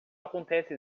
acontece